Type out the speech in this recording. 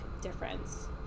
difference